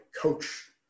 coach